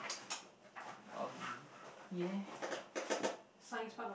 um yeah